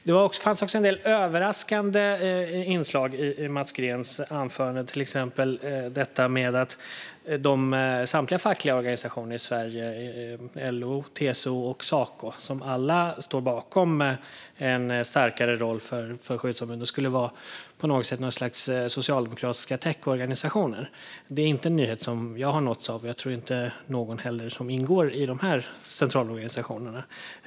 Det fanns också en del överraskande inslag i Mats Greens anförande, till exempel att samtliga fackliga organisationer i Sverige - LO, TCO och Saco, som alla står bakom en starkare roll för skyddsombuden - skulle vara något slags socialdemokratiska täckorganisationer. Det är en nyhet som inte jag har nåtts av, och, tror jag, inte heller någon som ingår i de här centralorganisationerna.